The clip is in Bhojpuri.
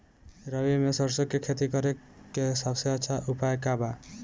रबी में सरसो के खेती करे के सबसे अच्छा उपाय का बा?